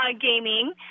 gaming